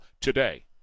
today